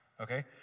okay